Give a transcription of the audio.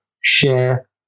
share